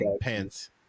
pants